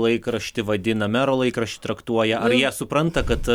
laikraštį vadina mero laikraštį traktuoja ar jie supranta kad